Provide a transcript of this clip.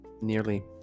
nearly